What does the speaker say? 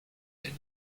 elle